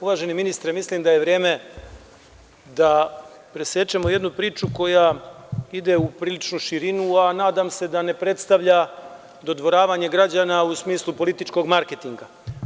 Uvaženi ministre, mislim da je vreme da presečemo jednu priču koja ide u priličnu širinu, a nadam se da ne predstavlja dodvoravanje građana u smislu političkog marketinga.